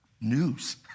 news